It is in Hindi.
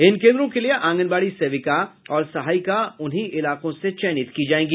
इन केन्द्रों के लिए आंगनबाड़ी सेविका और सहायिका उन्हीं इलाकों से चयनित की जायेगी